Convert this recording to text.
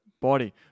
body